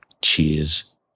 cheers